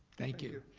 thank you.